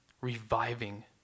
reviving